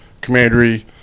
Commandery